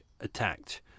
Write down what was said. attacked